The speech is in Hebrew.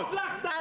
אין הסכם --- ולכן,